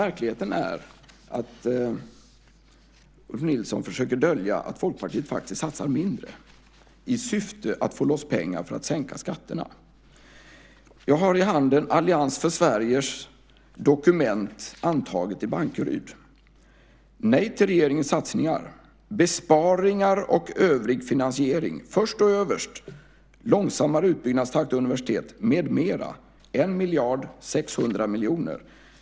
Verkligheten är att Ulf Nilsson försöker dölja att Folkpartiet faktiskt satsar mindre i syfte att få loss pengar för att sänka skatterna. Jag har i handen Allians för Sveriges dokument antaget i Bankeryd: Nej till regeringens satsningar. Besparingar och övrig finansiering. Först och överst står det: Långsammare utbyggnadstakt i universitet med mera 1,6 miljarder.